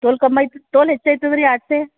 ತೋಲು ಕಮ್ ಆಯ್ತು ತೋಲು ಹೆಚ್ಚಾಯ್ತದ್ರಿ ಅಷ್ಟೇ